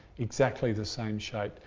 exactly the same shape,